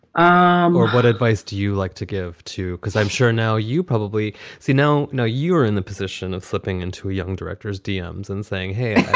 um or what advice do you like to give to? because i'm sure now you probably say no, no, you're in the position of slipping into a young director's dems and saying, hey,